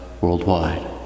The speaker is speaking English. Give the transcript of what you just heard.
worldwide